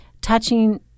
touching